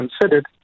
considered